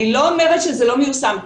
אני לא אומרת שזה לא מיושם.